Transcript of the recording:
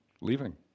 leaving